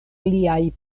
liaj